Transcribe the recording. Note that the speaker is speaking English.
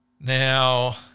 Now